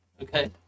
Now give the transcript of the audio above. Okay